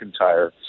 McIntyre